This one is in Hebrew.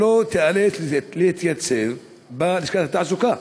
שלא תיאלץ להתייצב בלשכת התעסוקה.